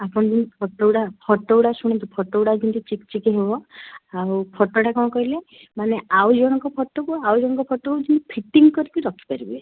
ଆପଣ ଫଟୋ ଗୁଡ଼ା ଫଟୋ ଗୁଡ଼ା ଶୁଣନ୍ତୁ ଫଟୋ ଗୁଡ଼ା ଯେମିତି ଚିକ୍ ଚିକ୍ ହବ ଆଉ ଫଟୋଟା କ'ଣ କହିଲେ ମାନେ ଆଉ ଜଣଙ୍କ ଫଟୋକୁ ଆଉ ଜଣଙ୍କ ଫଟୋ ହେଉଛି ଫିଟିଙ୍ଗ କରିକି ରଖିପାରିବେ